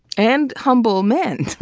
and humble men.